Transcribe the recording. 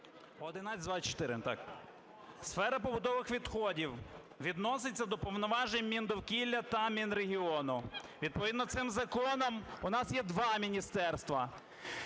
1124, так. Сфера побутових відходів відноситься до повноважень Міндовкілля та Мінрегіону, відповідно цим законом у нас є два міністерства.